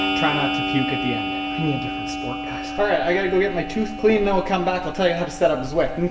try not to puke at the end. i need a different sport, guys. alright. i gotta go get my tooth cleaned. though i'll come back and tell you how to set up zwift. and